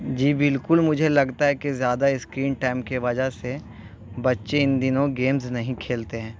جی بالکل مجھے لگتا ہے کہ زیادہ اسکرین ٹائم کے وجہ سے بچے ان دنوں گیمز نہیں کھیلتے ہیں